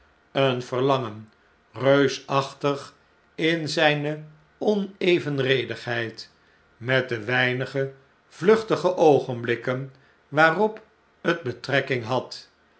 een verlangen reusachtig in zijne onevenredigheid met de weinige vluchtige oogenblikken waarop het betrekking had